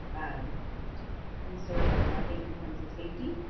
um conservative, i think, in terms of safety.